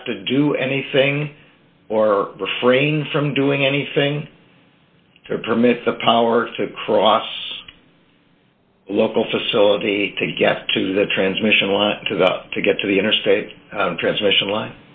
have to do anything or refrain from doing anything to permit the power to cross local facility to get to the transmission line to the to get to the interstate transmission lines